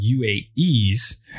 UAE's